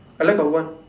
I lack of one